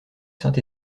saint